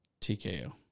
TKO